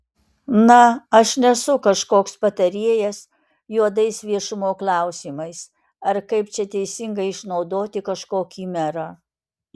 na aš nesu kažkoks patarėjas juodais viešumo klausimais ar kaip čia teisingai išnaudoti kažkokį merą